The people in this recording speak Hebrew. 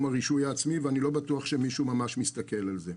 הרישוי העצמי ואני לא בטוח שמישהו ממש מסתכל על זה.